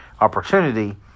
opportunity